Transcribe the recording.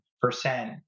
percent